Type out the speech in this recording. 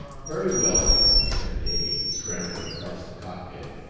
very well, returned amy, scrambling across the cockpit.